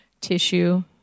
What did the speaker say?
tissue